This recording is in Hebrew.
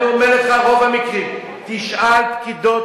אני אומר לך, רוב המקרים, תשאל פקידות